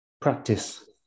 Practice